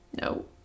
No